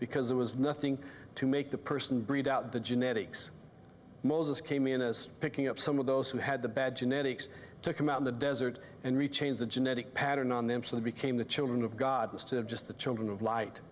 because there was nothing to make the person breathe out the genetics moses came in is picking up some of those who had the bad genetics to come out in the desert and rechange the genetic pattern on them so they became the children of god as to just the children of light